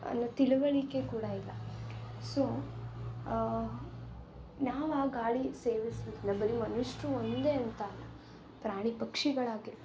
ಅನ್ನೋ ತಿಳುವಳಿಕೆ ಕೂಡ ಇಲ್ಲ ಸೊ ನಾವು ಆ ಗಾಳಿ ಸೇವಿಸಿ ಬರೀ ಮನುಷ್ಯರು ಒಂದೇ ಅಂತ ಅಲ್ಲ ಪ್ರಾಣಿ ಪಕ್ಷಿಗಳಾಗಿರ್ಬೋದು